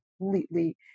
completely